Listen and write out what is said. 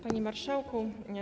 Panie Marszałku!